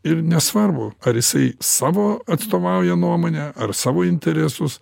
ir nesvarbu ar jisai savo atstovauja nuomonę ar savo interesus